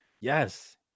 yes